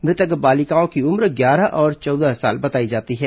मृतक बालिकाओं की उम्र ग्यारह और चौदह साल बताई जाती है